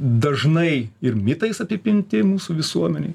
dažnai ir mitais apipinti mūsų visuomenėj